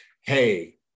hey